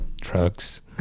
trucks